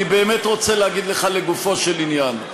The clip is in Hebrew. אני באמת רוצה להגיד לך לגופו של עניין.